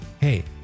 Hey